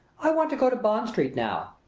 i want to go to bond street now,